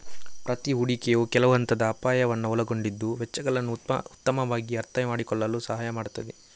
ಪ್ರತಿ ಹೂಡಿಕೆಯು ಕೆಲವು ಹಂತದ ಅಪಾಯವನ್ನ ಒಳಗೊಂಡಿದ್ದು ವೆಚ್ಚಗಳನ್ನ ಉತ್ತಮವಾಗಿ ಅರ್ಥಮಾಡಿಕೊಳ್ಳಲು ಸಹಾಯ ಮಾಡ್ತದೆ